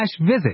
visit